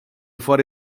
fuori